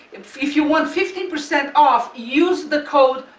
if you want fifteen percent off, use the code,